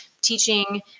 teaching